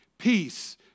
Peace